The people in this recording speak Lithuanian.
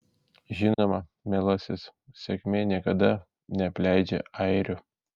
žinoma mielasis sėkmė niekada neapleidžia airių